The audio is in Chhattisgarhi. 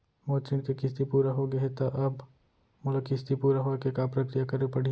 मोर ऋण के किस्ती पूरा होगे हे ता अब मोला किस्ती पूरा होए के का प्रक्रिया करे पड़ही?